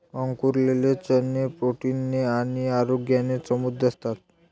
अंकुरलेले चणे प्रोटीन ने आणि आरोग्याने समृद्ध असतात